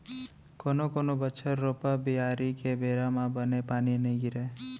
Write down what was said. कोनो कोनो बछर रोपा, बियारी के बेरा म बने पानी नइ गिरय